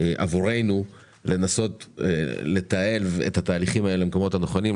עבורנו לנסות לתעל את התהליכים האלה למקומות הנכונים,